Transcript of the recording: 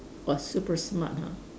or super smart ha